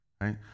right